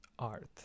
art